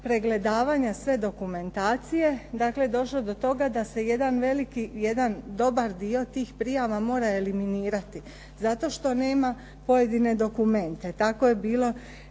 pregledavanja sve dokumentacije dakle došlo do toga da se jedan veliki, jedan dobar dio tih prijava mora eliminirati zato što nema pojedine dokumente. Tako je bilo,